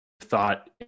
thought